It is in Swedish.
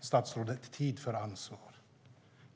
Statsrådet, det är tid för ansvar.